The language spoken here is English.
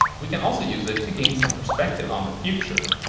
we can also use it to gain some perspective on the future.